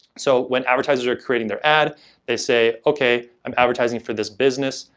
so when advertisers are creating their ad they say, okay, i'm advertising for this business,